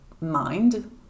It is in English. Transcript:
mind